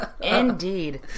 Indeed